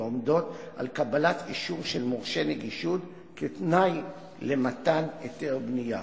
ועומדות על קבלת אישור של מורשה נגישות כתנאי למתן היתר בנייה.